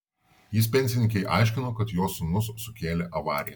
jis pensininkei aiškino kad jos sūnus sukėlė avariją